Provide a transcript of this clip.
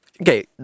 Okay